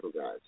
guys